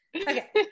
Okay